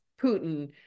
Putin